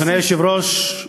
אדוני היושב-ראש,